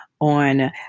on